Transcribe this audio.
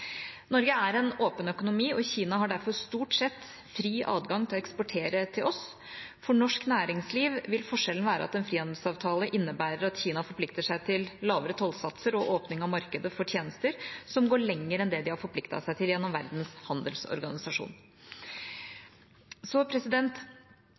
Norge er en åpen økonomi, og Kina har derfor stort sett fri adgang til å eksportere til oss. For norsk næringsliv vil forskjellen være at en frihandelsavtale innebærer at Kina forplikter seg til lavere tollsatser og åpning av markedet for tjenester som går lenger enn det de har forpliktet seg til gjennom Verdens